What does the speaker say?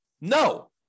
No